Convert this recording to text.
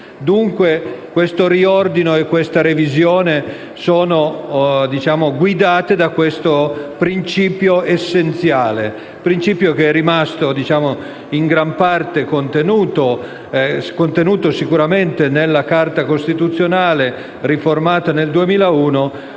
Dunque, il riordino e la revisione sono guidati da questo principio essenziale, che è rimasto in gran parte contenuto sicuramente nella Carta costituzionale riformata nel 2001,